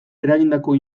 eragindako